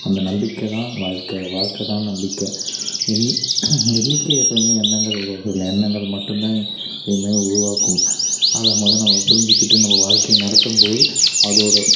அந்த நம்பிக்கை தான் வாழ்க்கை வாழ்க்கை தான் நம்பிக்கை இன் எண்ணிக்கை எப்போவுமே எண்ணங்கள் உருவாக்குவதில்லை எண்ணங்கள் மட்டுந்தான் எதுவுமே உருவாக்கும் அதை மொத நம்ம புரிஞ்சிக்கிட்டு நம்ம வாழக்கையை நடத்தும்போது அதோடய